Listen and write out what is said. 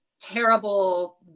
terrible